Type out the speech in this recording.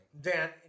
Dan